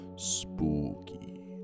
Spooky